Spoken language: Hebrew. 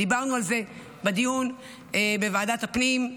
דיברנו על זה בדיון בוועדת הפנים,